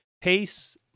Pace